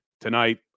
tonight